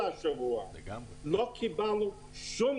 אנחנו החזקנו כל השבוע,